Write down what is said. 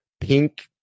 pink